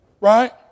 right